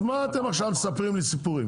אז מה אתם עכשיו מספרים לי סיפורים?